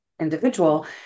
individual